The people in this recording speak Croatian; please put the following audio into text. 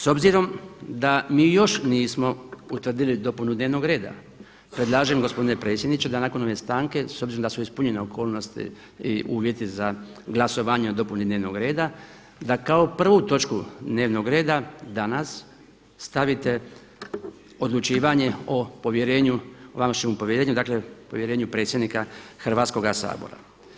S obzirom da mi još nismo utvrdili dopunu dnevnog reda, predlažem gospodine predsjedniče da nakon ove stanke, s obzirom da su ispunjene okolnosti i uvjeti za glasovanje o dopuni dnevnoga reda, da kao prvu točku dnevnog reda danas stavite odlučivanje o povjerenju, vašem povjerenju, dakle povjerenju predsjednika Hrvatskoga sabora.